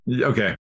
okay